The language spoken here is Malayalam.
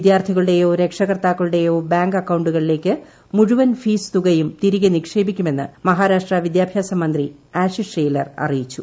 വിദ്യാർത്ഥികളുടെയോ രക്ഷകർത്താക്കളുടെയോ ബാങ്ക് അക്കൌണ്ടുകളിലേക്ക് മുഴുവൻ ഫീസ് തുകയും തിരികെ നിക്ഷേപിക്കുമെന്ന് മഹാരാഷ്ട്ര വിദ്യാഭ്യാസ മന്ത്രി ആഷിഷ് ഷെയ്ലർ അറിയിച്ചു